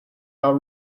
are